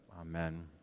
Amen